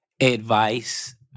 advice